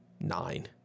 nine